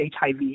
HIV